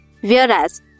whereas